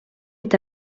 est